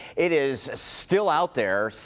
it is still out there,